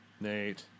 Nate